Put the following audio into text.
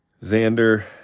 Xander